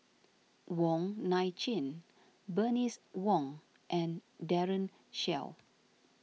Wong Nai Chin Bernice Wong and Daren Shiau